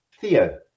Theo